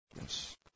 Yes